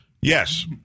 yes